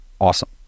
awesome